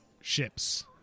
ships